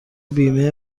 بیمه